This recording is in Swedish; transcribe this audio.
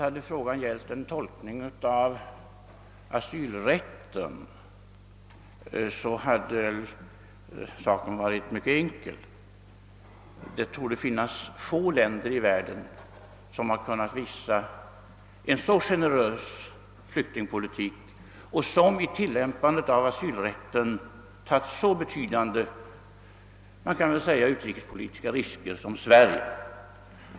Hade frågan gällt en tolkning av asylrätten, hade saken varit mycket enkel. Det torde finnas få länder i världen som har kunnat bedriva en så generös flyktingpolitik och som i tilllämpandet av asylrätten tagit så betydande utrikespolitiska risker som Sverige.